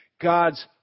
God's